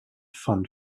von